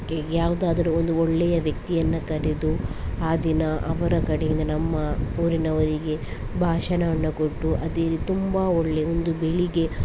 ಯಾವುದಾದರು ಒಂದು ಒಳ್ಳೆಯ ವ್ಯಕ್ತಿಯನ್ನು ಕರೆದು ಆ ದಿನ ಅವರ ಕಡೆಯಿಂದ ನಮ್ಮ ಊರಿನವರಿಗೆ ಭಾಷಣವನ್ನ ಕೊಟ್ಟು ಅದೇ ರಿ ತುಂಬ ಒಳ್ಳೆ ಒಂದು ಬೆಳಗ್ಗೆ